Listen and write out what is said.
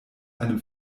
einem